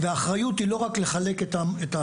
והאחריות היא לא רק לחלק את התקציב,